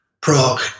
Prague